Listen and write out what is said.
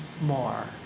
more